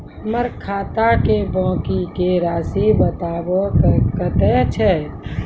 हमर खाता के बाँकी के रासि बताबो कतेय छै?